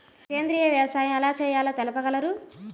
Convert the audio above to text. సేంద్రీయ వ్యవసాయం ఎలా చేయాలో తెలుపగలరు?